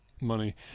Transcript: money